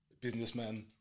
Businessman